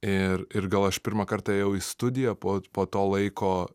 ir ir gal aš pirmą kartą ėjau į studiją po po to laiko